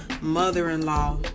mother-in-law